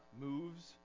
moves